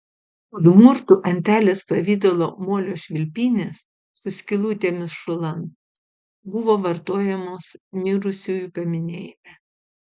udmurtų antelės pavidalo molio švilpynės su skylutėmis šulan buvo vartojamos mirusiųjų paminėjime